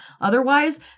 otherwise